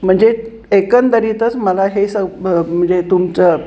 म्हणजे एकंदरीतच मला हे स ब म्हणजे तुमचं